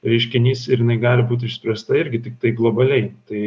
reiškinys ir jinai gali būti išspręsta irgi tiktai globaliai tai